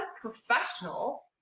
professional